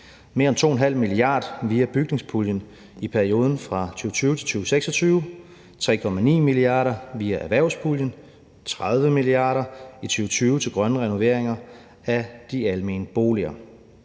mere end 2,5 mia. kr. via bygningspuljen i perioden fra 2020-2026; 3,9 mia. kr. via erhvervspuljen; 30 mia. kr. i 2020 til grønne renoveringer af de almene boliger.